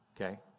okay